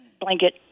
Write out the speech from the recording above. Blanket